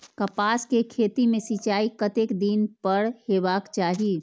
कपास के खेती में सिंचाई कतेक दिन पर हेबाक चाही?